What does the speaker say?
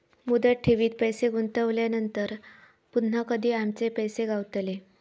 मुदत ठेवीत पैसे गुंतवल्यानंतर पुन्हा कधी आमचे पैसे गावतले?